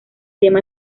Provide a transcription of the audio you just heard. tema